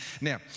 Now